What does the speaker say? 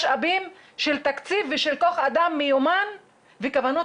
משאבים של תקציב ושל כוח אדם מיומן וכוונות